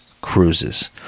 cruises